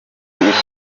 minsi